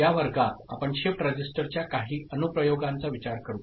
या वर्गात आपण शिफ्ट रजिस्टरच्या काही अनुप्रयोगांचा विचार करू